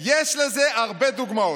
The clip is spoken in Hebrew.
יש לזה הרבה דוגמאות.